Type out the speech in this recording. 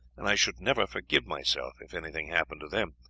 and i should never forgive myself if anything happened to them.